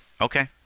Okay